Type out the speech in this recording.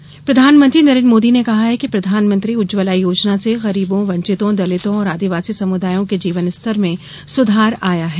उज्जवला योजना प्रधानमंत्री नरेन्द्र मोदी ने कहा है कि प्रधानमंत्री उज्जवला योजना से गरीबों वंचितों दलितों और आदिवासी समुदायों के जीवन स्तर में सुधार आया है